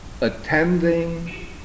attending